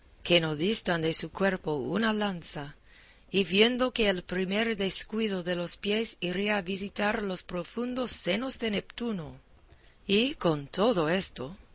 que no distan de su cuerpo una lanza y viendo que al primer descuido de los pies iría a visitar los profundos senos de neptuno y con todo esto